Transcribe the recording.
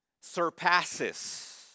surpasses